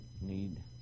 need